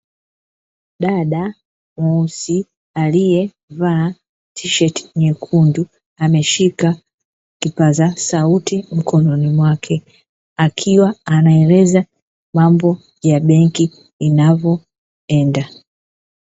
Dada mweusi aliyevaa tisheti nyekundu, ameshika kipaza sauti mkononi mwake akiwa anaeleza mambo ya benki inavyoenda.